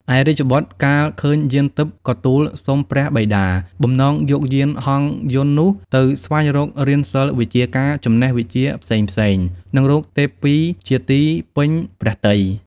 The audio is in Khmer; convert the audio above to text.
ឯរាជបុត្រកាលឃើញយានទិព្វ ក៏ទូលសុំព្រះបិតាបំណងយកយានហង្សយន្តនោះទៅស្វែងរករៀនសិល្ប៍វិជ្ជាការ ចំណេះវិជ្ជាផ្សេងៗ និងរកទេពីជាទីពេញព្រះទ័យ។